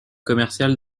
commerciale